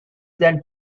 than